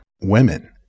women